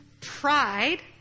pride